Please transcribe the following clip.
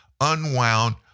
unwound